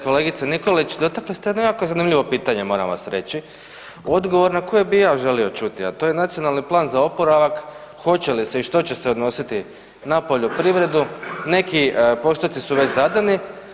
Kolegice Nikolić, dotakli ste jedno jako zanimljivo pitanje moram vam reći u odgovor na koji bi i ja želio čuti, a to je Nacionalni plan za oporavak hoće li se i što će se odnositi na poljoprivredu, neki postoci su već zadani.